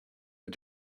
are